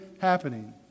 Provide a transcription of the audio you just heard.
happening